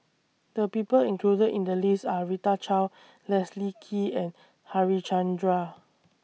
The People included in The list Are Rita Chao Leslie Kee and Harichandra